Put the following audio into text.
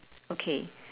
okay